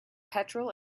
petrol